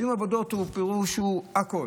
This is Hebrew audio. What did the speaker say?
סיום העבודות, הפירוש הוא הכול,